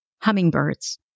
hummingbirds